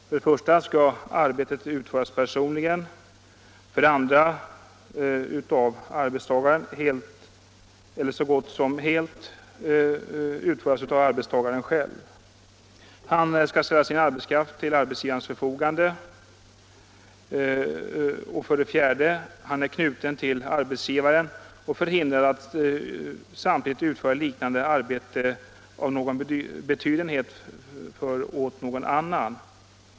För det första skall arbetstagaren utföra arbetet personligen och, för det andra, helt eller så gott som helt utföra arbetet själv. För det tredje skall han ställa arbetskraft till arbetsgivarens förfogande och för det fjärde vara knuten till arbetsgivaren och förhindrad att samtidigt utföra liknande arbete av någon betydenhet åt annan.